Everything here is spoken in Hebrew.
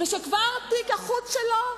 וכבר תיק החוץ שלו,